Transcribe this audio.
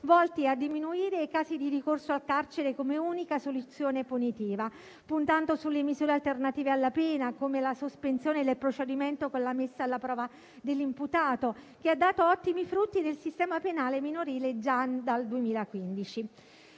volti a diminuire i casi di ricorso al carcere come unica soluzione punitiva, puntando su misure alternative alla pena come la sospensione del procedimento con la messa alla prova dell'imputato, che ha dato ottimi frutti nel sistema penale minorile già dal 2015.